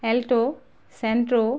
alto Santro